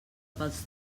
pels